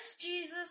Jesus